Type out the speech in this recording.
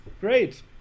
Great